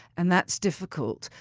and that's difficult.